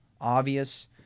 obvious